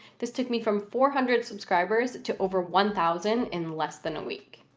this took me from four hundred subscribers to over one thousand in less than a week.